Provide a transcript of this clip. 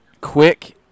quick